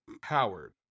Howard